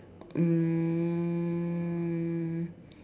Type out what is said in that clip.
um